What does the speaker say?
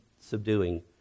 subduing